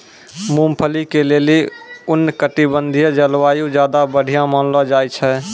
मूंगफली के लेली उष्णकटिबंधिय जलवायु ज्यादा बढ़िया मानलो जाय छै